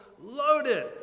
loaded